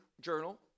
journal